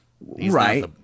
Right